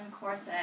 corset